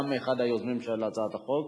גם אחד היוזמים של הצעת החוק.